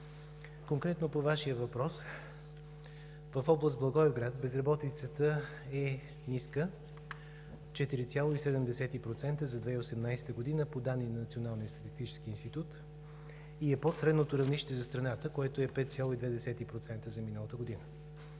Конкретно по Вашия въпрос. В област Благоевград безработицата е ниска – 4,7% за 2018 г. по данни на Националния статистически институт, и е под средното равнище за страната, което е 5,2% за миналата година.